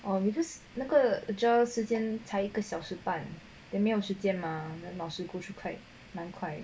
or we just 那个 teacher 时间才一个小时半 then 没有时间 mah then 老师 go through 会蛮快